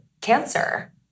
cancer